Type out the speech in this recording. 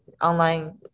online